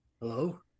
Hello